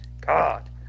god